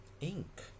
Ink